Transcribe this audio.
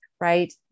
right